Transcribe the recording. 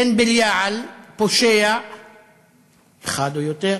בן בליעל, פושע אחד או יותר,